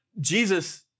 Jesus